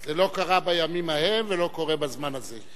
זה לא קרה בימים ההם ולא קורה בזמן הזה.